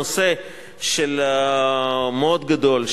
נושא מאוד גדול,